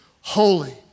holy